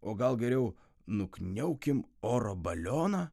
o gal geriau nukniaukim oro balioną